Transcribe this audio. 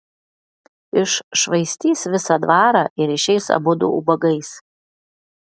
iššvaistys visą dvarą ir išeis abudu ubagais